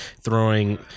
throwing